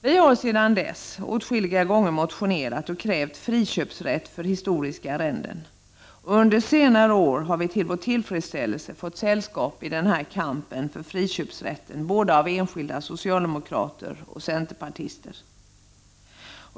Sedan dess har vi åtskilliga gånger i motioner krävt friköpsrätt för historiska arrenden. Under senare år har vi till vår tillfredsställelse fått sällskap i kampen för friköpsrätten av både socialdemokrater och centerpartister.